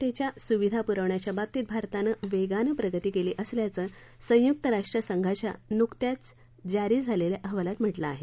शाळांमध्ये स्वच्छतेच्या सुविधा पुरवण्याच्या बाबतीत भारतानं वेगानं प्रगती केली असल्याचं संयुक्त राष्ट्र संघाच्या नुकत्याच जारी झालेल्या अहवालात म्हटलं आहे